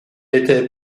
était